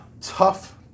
tough